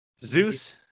Zeus